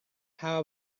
how